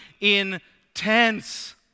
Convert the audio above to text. intense